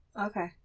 Okay